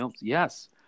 Yes